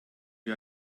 wir